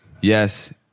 Yes